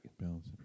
Balance